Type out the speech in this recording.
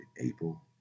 April